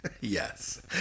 Yes